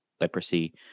leprosy